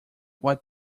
what